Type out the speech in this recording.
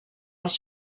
els